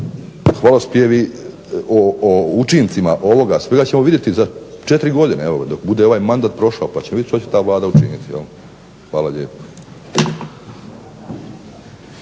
hvalospjevi učincima ovoga svega ćemo vidjeti za 4 godine evo dok bude taj mandat prošao, pa ćemo vidjeti što će ta Vlada učiniti. Hvala lijepo.